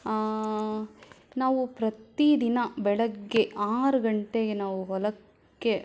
ನಾವು ಪ್ರತಿದಿನ ಬೆಳಗ್ಗೆ ಆರು ಗಂಟೆಗೆ ನಾವು ಹೊಲಕ್ಕೆ